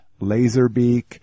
Laserbeak